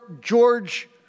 George